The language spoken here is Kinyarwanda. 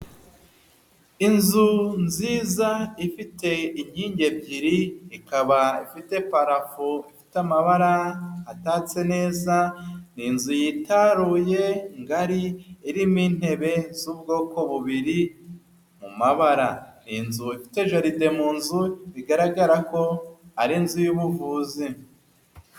Inzu nziza ifite inkingi ebyiri, ikaba ifite parafo ifite amabara atatse neza, ni inzu yitaruye ngari irimo intebe z'ubwoko bubiri mu mabara, Ni inzu ifite jaride mu nzu bigaragara ko ari inzu y'ubuvuzi.